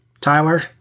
Tyler